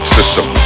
System